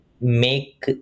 make